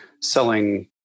selling